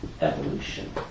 evolution